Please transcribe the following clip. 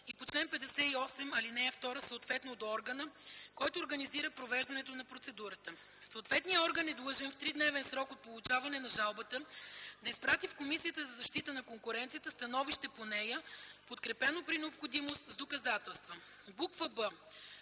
и по чл. 58, ал. 2, съответно - до органа, който организира провеждането на процедурата. Съответният орган е длъжен в тридневен срок от получаването на жалбата да изпрати в Комисията за защита на конкуренцията становище по нея, подкрепено при необходимост с доказателства”; б) в ал.